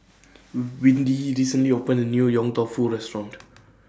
Windy recently opened A New Yong Tau Foo Restaurant